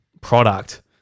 product